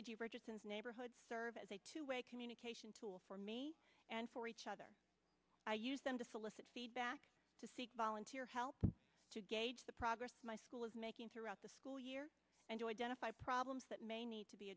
g richardson's neighborhood serve as a two way communication tool for me and for each other i use them to solicit feedback to seek volunteer help to gauge the progress my school is making throughout the school year and to identify problems that may need to be